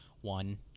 one